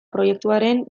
proiektuaren